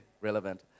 relevant